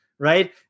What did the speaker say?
Right